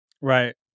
Right